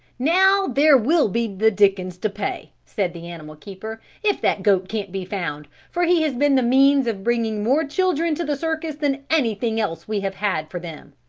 now there will be the dickens to pay, said the animal keeper, if that goat can't be found for he has been the means of bringing more children to the circus than anything else we have had for them.